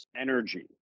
energy